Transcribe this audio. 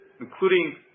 including